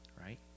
right